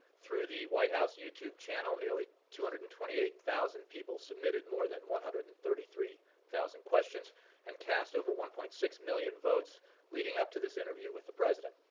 through the white house youtube channel, nearly two hundred and twenty eight thousand people submitted more than one hundred and thirty three thousand questions and cast over one point six million votes leading up to this interview with the president.